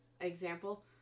example